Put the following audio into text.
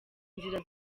inzira